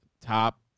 top